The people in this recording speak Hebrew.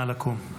נא לקום.